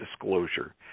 Disclosure